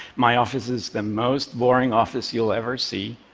my office is the most boring office you'll ever see.